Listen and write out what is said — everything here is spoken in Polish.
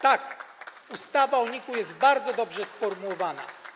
Tak, ustawa o NIK-u jest bardzo dobrze sformułowana.